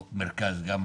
אני